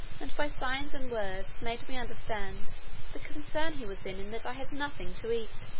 and by signs and words made me understand the concern he was in in that i had nothing to eat.